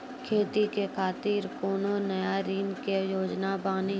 खेती के खातिर कोनो नया ऋण के योजना बानी?